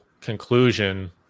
conclusion